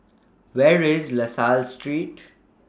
Where IS La Salle Street